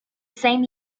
same